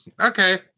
Okay